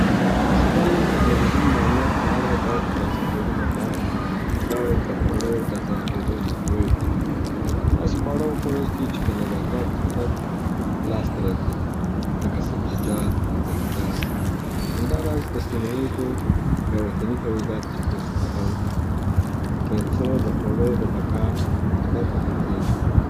د خپل د ریژم د امنیت په اړه ډاډ تر لاسه کولو لپاره باید د خوړو د ضایع کیدو مخنیوی وسي، داسي خواړه و خوړل سي چې د نباتاتو څخه لاس ته راځي، لکه سبزیجات او غلجات. همدا راز د سمیزو یا وطني تولیداتو څخه استفاده وسي ترڅو د خوړو د بقاع سبب ورګرځيږي.